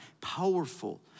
Powerful